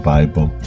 Bible